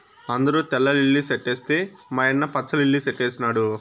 అందరూ తెల్ల లిల్లీ సెట్లేస్తే మా యన్న పచ్చ లిల్లి సెట్లేసినాడు